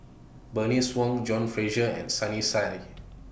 Bernice Wong John Fraser and Sunny Sia